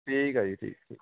ਠੀਕ ਹੈ ਜੀ ਠੀਕ ਠੀਕ